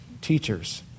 teachers